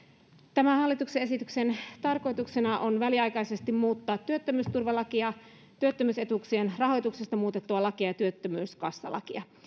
tämän hallituksen esityksen tarkoituksena on väliaikaisesti muuttaa työttömyysturvalakia työttömyysetuuksien rahoituksesta annettua lakia ja työttömyyskassalakia